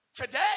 Today